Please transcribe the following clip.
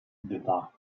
dwa